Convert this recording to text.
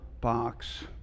box